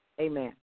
Amen